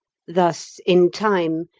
thus, in time,